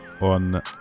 on